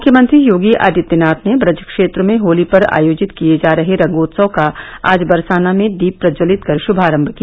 मुख्यमंत्री योगी आदित्यनाथ ने व्रज क्षेत्र में होली पर आयोजित किए जा रहे रंगोत्सव का आज बरसाना में दीप प्रज्वलित कर श्मारंभ किया